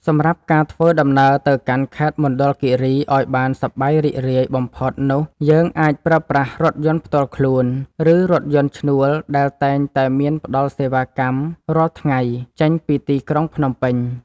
សម្រាប់ការធ្វើដំណើរទៅកាន់ខេត្តមណ្ឌលគីរីឱ្យបានសប្បាយរីករាយបំផុតនោះយើងអាចប្រើប្រាស់រថយន្តផ្ទាល់ខ្លួន ឬ រថយន្តឈ្នួលដែលតែងតែមានផ្តល់សេវាកម្មរាល់ថ្ងៃចេញពីទីក្រុងភ្នំពេញ។